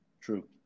true